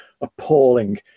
Appalling